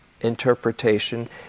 interpretation